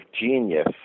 genius